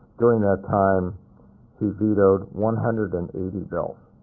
during that time he vetoed one hundred and eighty bills.